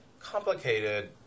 complicated